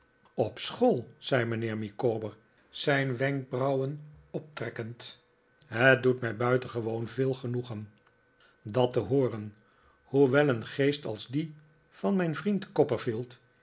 op school zei mijnheer micawber zijn wenkbrauwen optrekkend het doet mij buitengewoon veel genoegen dat te hooren hoewel een geest als die van mijn vriend